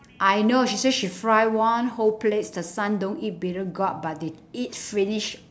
I know she say she fry one whole plates the son don't eat bittergourd but they eat finish